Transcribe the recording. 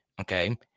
Okay